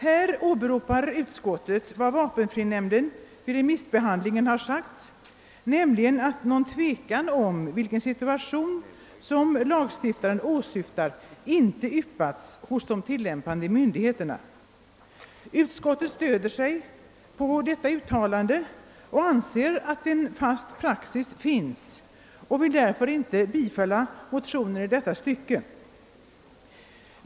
Här åberopar utskottet vad vapenfrinämnden vid remissbehandlingen har anfört, nämligen att någon tvekan om vilken situation som lagstiftaren åsyftar inte yppats hos de tillämpande myndigheterna. Utskottet stöder sig på detta uttalande och anser att en fast praxis föreligger, varför det inte vill tillstyrka motioner i detta stycke.